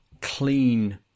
clean